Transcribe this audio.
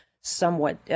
somewhat